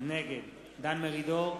נגד דן מרידור,